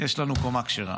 יש לנו קומה כשרה.